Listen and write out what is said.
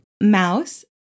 Mouse